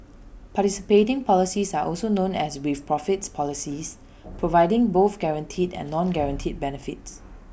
participating policies are also known as with profits policies providing both guaranteed and non guaranteed benefits